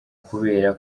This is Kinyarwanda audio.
kubera